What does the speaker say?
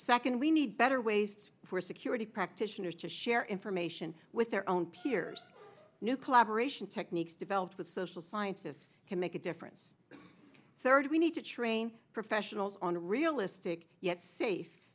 second we need better ways for security practitioners to share information with their own peers new collaboration techniques developed with social scientists can make a difference third we need to train professionals on realistic yet safe